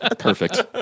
Perfect